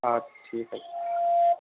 آ ٹھیٖک حظ